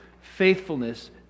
faithfulness